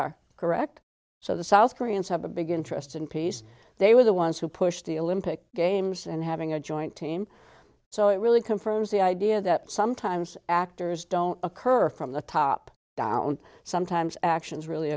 are correct so the south koreans have a big interest in peace they were the ones who pushed the olympic games and having a joint team so it really confirms the idea that sometimes actors don't occur from the top down sometimes actions really